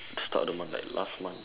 start of the month like last month